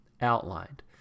outlined